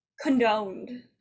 condoned